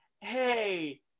Hey